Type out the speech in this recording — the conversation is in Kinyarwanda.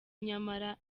nyamara